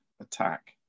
attack